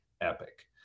epic